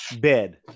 Bed